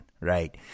right